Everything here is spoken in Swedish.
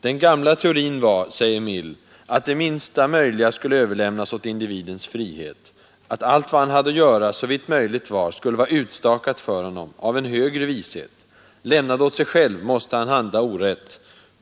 ”Den gamla teorin var att det minsta möjliga skulle överlämnas åt individens frihet; att allt vad han hade att göra, såvitt möjligt var, skulle vara utstakat för honom av en högre vishet. Lämnad åt sig själv, måste han handla orätt.